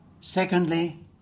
Secondly